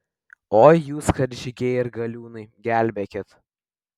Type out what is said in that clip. oi jūs karžygiai ir galiūnai gelbėkit